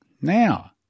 Now